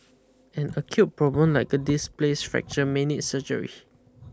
an acute problem like a displaced fracture may need surgery